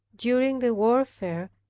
during the warfare,